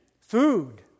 Food